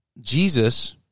Jesus